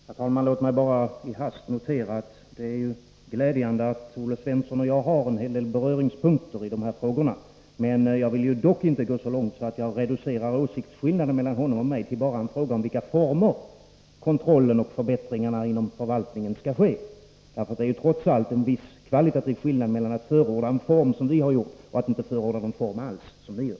Herr talman! Låt mig bara i hast notera att det är glädjande att Olle Svensson och jag har en hel del beröringspunkter i de här frågorna. Jag vill dock inte gå så långt att jag reducerar åsiktsskillnaden mellan Olle Svensson och mig till bara en fråga om vilka former kontrollen och förbättringarna inom förvaltningen skall ske i. Det är trots allt en viss kvalitativ skillnad mellan att förorda en form, som vi har gjort, och att inte förorda någon form alls, som ni gör.